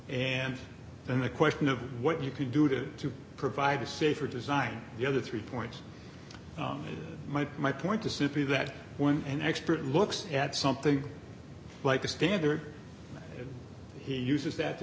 and then the question of what you can do to provide a safer design the other three points might my point to simply that when an expert looks at something like a standard he uses that t